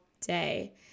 day